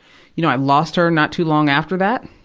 you know, i lost her not too long after that.